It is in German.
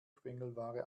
quengelware